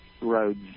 roads